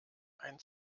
ein